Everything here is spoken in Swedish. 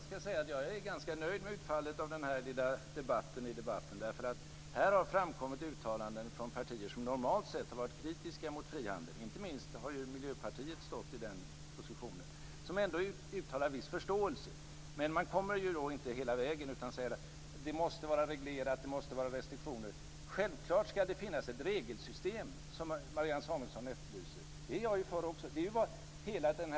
Fru talman! Jag är ganska nöjd med utfallet av den här lilla debatten i debatten. Det har här från partier som normalt sett har varit kritiska mot frihandel - inte minst har Miljöpartiet intagit den positionen - uttalats viss förståelse för frihandel. Man går dock inte hela vägen ut utan säger att handeln måste vara reglerad och att det måste finnas restriktioner. Självklart ska det finnas ett regelsystem, såsom Marianne Samuelsson efterlyste. Det är också jag för.